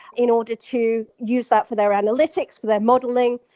in order to use that for their analytics, for their modeling.